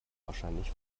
wahrscheinlich